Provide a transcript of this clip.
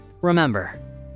Remember